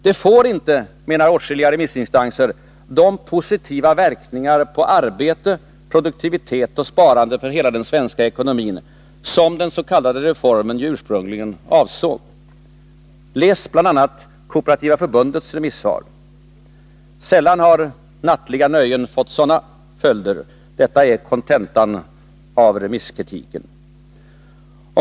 Det får inte, menar man, de positiva verkningar på arbete, produktivitet och sparande för hela den svenska ekonomin som den s.k. reformen avsåg. Läs bl.a. Kooperativa förbundets remissvar! Sällan har nattliga nöjen fått sådana följder — det är kontentan av remisskritiken.